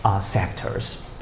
sectors